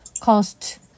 cost